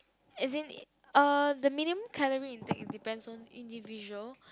as in uh the minimum calorie intake it depends on individual